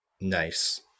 Nice